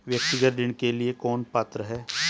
व्यक्तिगत ऋण के लिए कौन पात्र है?